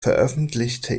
veröffentlichte